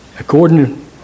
According